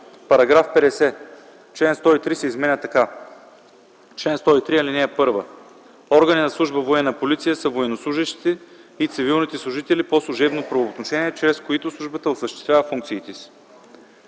§ 50. Член 103 се изменя така: „Чл. 103. (1) Органи на служба „Военна полиция” са военнослужещите и цивилните служители по служебно правоотношение, чрез които службата осъществява функциите си.